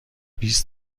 بیست